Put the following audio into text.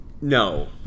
No